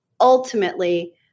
ultimately